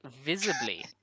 visibly